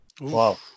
Wow